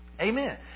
Amen